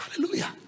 Hallelujah